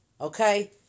Okay